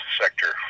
sector